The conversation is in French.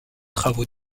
travaux